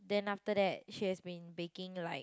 then after that she has been baking like